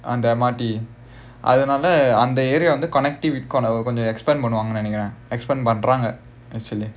அந்த:antha M_R_T அதுனால அந்த:athunaala antha area connectivity காக கொஞ்சம்:kaaga konjam expand பண்ணுவாங்கனு நினைக்கிறேன்:panuvaanganu ninnaikkiraen expand பண்றாங்க:pandraanga actually